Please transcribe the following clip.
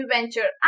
Venture